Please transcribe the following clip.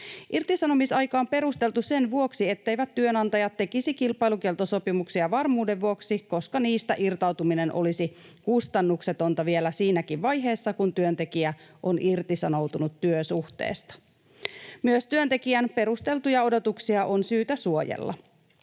Irtisanomisaika on perusteltu sen vuoksi, etteivät työnantajat tekisi kilpailukieltosopimuksia varmuuden vuoksi, koska niistä irtautuminen olisi kustannuksetonta vielä siinäkin vaiheessa, kun työntekijä on irtisanoutunut työsuhteesta. Myös työntekijän perusteltuja odotuksia on syytä suojella.